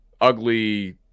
ugly